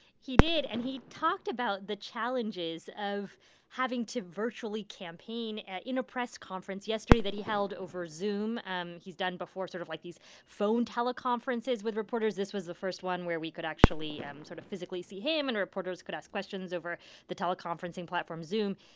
he did. and he talked about the challenges of having to virtually campaign in a press conference yesterday that he held over zoom. um he's done before sort of, like, these phone teleconferences with reporters. this was the first one where we could actually um sort of physically see him and reporters could ask questions over the teleconferencing platform zoom.